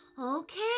Okay